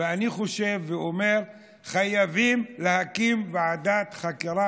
ואני חושב ואומר: חייבים להקים ועדת חקירה